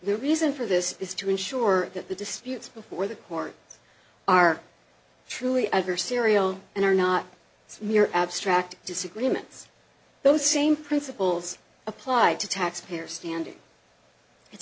the reason for this is to ensure that the disputes before the court are truly adversarial and are not mere abstract disagreements those same principles applied to taxpayer standing it's